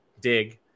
dig